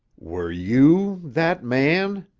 were you that man?